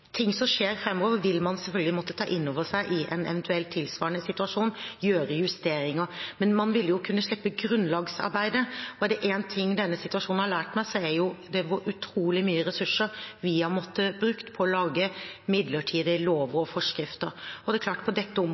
ting som skjer framover, vil man selvfølgelig måtte ta inn over seg i en eventuell tilsvarende situasjon og gjøre justeringer. Men man vil kunne slippe grunnlagsarbeidet. Og er det én ting denne situasjonen har lært meg, er det hvor utrolig mye ressurser vi har måttet bruke på å lage midlertidige lover og forskrifter. Det er klart at på dette